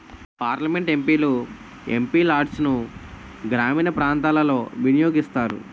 parliament MP లు MP లాడ్సును గ్రామీణ ప్రాంతాలలో వినియోగిస్తారు